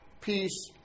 peace